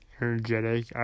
energetic